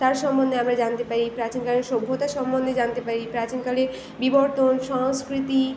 তার সম্বন্ধে আমরা জানতে পারি প্রাচীনকালে সভ্যতা সম্বন্ধে জানতে পারি প্রাচীনকালে বিবর্তন সংস্কৃতি